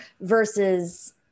versus